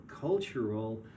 cultural